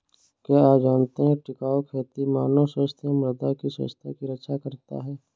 क्या आप जानते है टिकाऊ खेती मानव स्वास्थ्य एवं मृदा की स्वास्थ्य की रक्षा करता हैं?